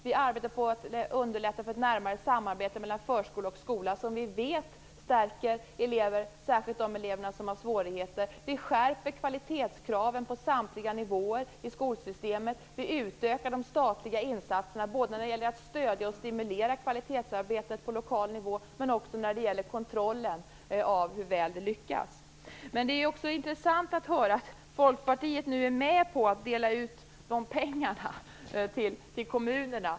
Vi arbetar på att underlätta för ett närmare samarbete mellan förskola och skola, vilket vi vet stärker elever, särskilt de elever som har svårigheter. Vi skärper kvalitetskraven på samtliga nivåer i skolsystemet. Vi utökar de statliga insatserna, dels när det gäller att stödja och stimulera kvalitetsarbetet på lokal nivå, dels när det gäller kontrollen av hur väl det lyckas. Men det är också intressant att höra att Folkpartiet nu är med på att dela ut dessa pengar till kommunerna.